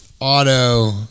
Auto